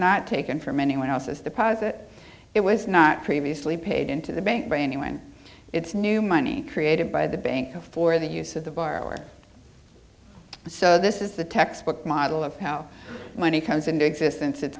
not taken from anyone else's deposit it was not previously paid into the bank by anyone it's new money created by the bank for the use of the borrower so this is the textbook model of how money comes into existence